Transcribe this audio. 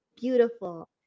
beautiful